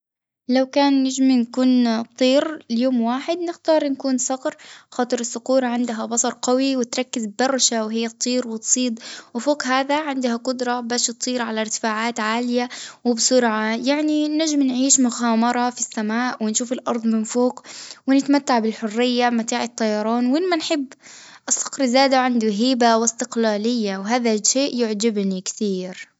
لو كان نجم نكون طير ليوم واحد نختار نكون صقر خاطر الصقور عندها بصرقوي وتركز برشا وهي تطير وتصيد، وفوق هذا عندها قدرة بس تطير على ارتفاعات عالية وبسرعة، يعني نجم نعيش مغامرة في السماء ونشوف الأرض من فوق ونتمتع بالحرية متاع الطيران وين ما نحب الصقر زادة عنده هيبة واستقلالية وهذا الشيء يعجبني كثير.